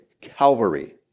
calvary